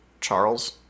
Charles